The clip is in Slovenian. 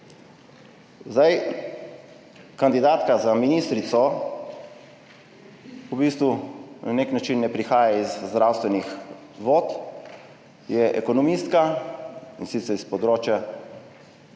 Zdaj, kandidatka za ministrico v bistvu na nek način ne prihaja iz zdravstvenih vod, je ekonomistka, in sicer s področja